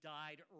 died